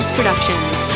Productions